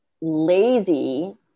lazy